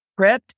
prepped